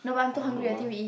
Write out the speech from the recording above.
confirm got one